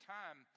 time